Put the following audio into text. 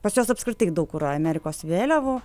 pas juos apskritai daug kur amerikos vėliavų